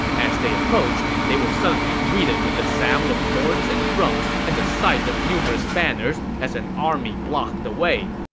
as they approached, they were suddenly greeted with the sound of horns and drums and the sight of numerous banners as an army blocked the way.